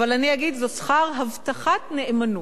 אבל אני אגיד: זה שכר הבטחת נאמנות.